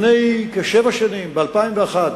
לפני כשבע שנים ב-2001,